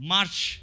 March